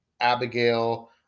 Abigail